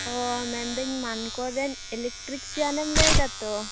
ᱳᱻ ᱢᱮᱱᱫᱟ ᱧ ᱢᱟᱱᱠᱚᱨ ᱨᱮᱱ ᱤᱞᱮᱠᱴᱨᱤᱠᱥᱤᱭᱟᱱᱮᱢ ᱞᱟ ᱭᱮᱫᱟ ᱛᱚ